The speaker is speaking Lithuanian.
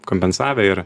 kompensavę ir